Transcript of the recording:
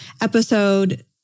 episode